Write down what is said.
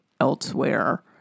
elsewhere